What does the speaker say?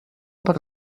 per